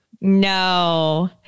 No